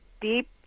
deep